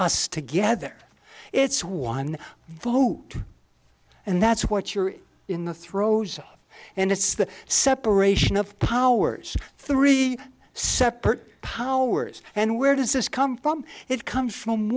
us together it's one who and that's what you're in the throes of and it's the separation of powers three separate powers and where does this come from it comes from